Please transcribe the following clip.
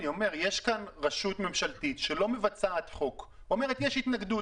יש כאן רשות ממשלתית שלא מבצעת חוק ואומרת: יש התנגדות.